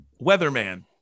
weatherman